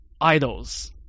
idols